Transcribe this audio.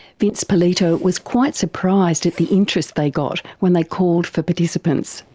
vince polito was quite surprised at the interest they got when they called for participants.